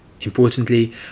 Importantly